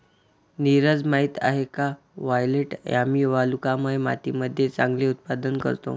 नीरज माहित आहे का वायलेट यामी वालुकामय मातीमध्ये चांगले उत्पादन करतो?